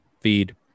feed